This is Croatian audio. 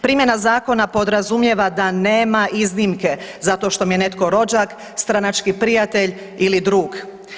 Primjena zakona podrazumijeva da nema iznimke zato što mi je netko rođak, stranački prijatelj ili drug.